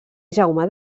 jaume